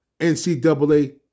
NCAA